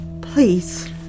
Please